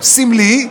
סמלי,